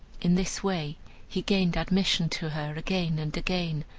in this way he gained admission to her again and again,